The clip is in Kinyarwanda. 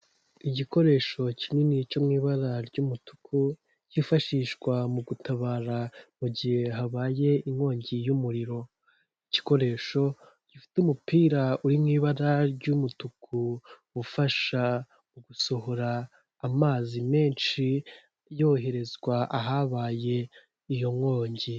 Igikoresho kinini cyo mu ibara ry'umutuku cyifashishwa mu gutabara mu gihe habaye inkongi y'umuriro. Igikoresho gifite umupira uri mu ibara ry'umutuku ufasha mu gusohora amazi menshi, yoherezwa ahabaye iyo nkongi.